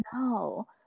no